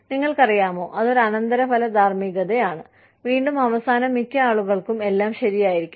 നിങ്ങൾക്കറിയാമോ അതൊരു അനന്തരഫല ധാർമ്മികതയാണ് വീണ്ടും അവസാനം മിക്ക ആളുകൾക്കും എല്ലാം ശരിയായിരിക്കണം